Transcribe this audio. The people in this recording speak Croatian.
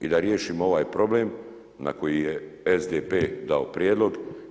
i da riješimo ovaj problem na koji je SDP dao prijedlog.